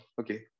okay